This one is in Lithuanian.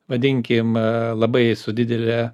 vadinkim labai su didele